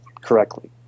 correctly